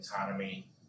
autonomy